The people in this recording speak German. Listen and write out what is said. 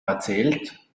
erzählt